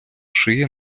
шиє